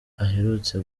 aherutse